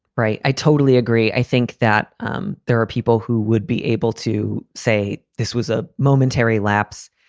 right. i totally agree. i think that um there are people who would be able to say this was a momentary lapse.